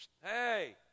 hey